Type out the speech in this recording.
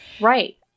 Right